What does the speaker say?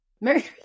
Merry